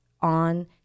on